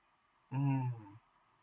mm